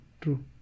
True